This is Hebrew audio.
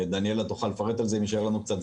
דניאלה תוכל לפרט על זה אם יישאר זמן.